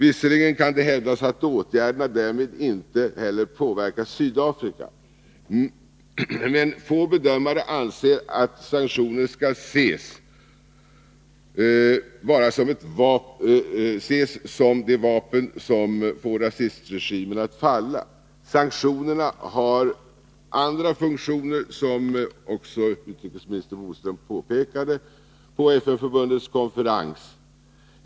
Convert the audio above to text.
Visserligen kan det hävdas att åtgärderna därmed inte heller påverkar Sydafrika, men få bedömare anser att sanktioner skall ses som det vapen som får rasistregimen att falla. Sanktionerna har andra funktioner, som också utrikesminister Lennart Bodström påpekade vid FN-förbundets konferens.